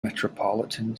metropolitan